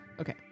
Okay